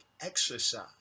exercise